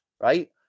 Right